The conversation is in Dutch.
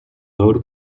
rode